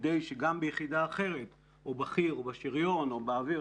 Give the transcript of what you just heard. כדי שגם יחידה אחרת או בחי"ר או בשריון או באוויר,